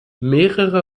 mehrere